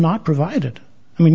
not provided i mean